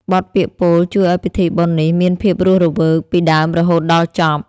បទពាក្យពោលជួយឱ្យពិធីបុណ្យនេះមានភាពរស់រវើកពីដើមរហូតដល់ចប់។